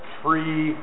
free